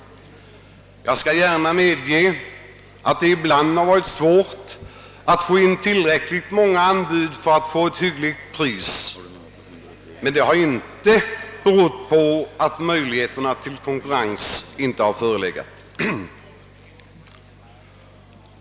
Jag skall gärna medge att det ibland varit svårt att få tillräckligt många anbud för att därigenom åstadkomma ett hyggligt pris. Men detta har inte berott på att möjligheter till konkurrens inte har förelegat.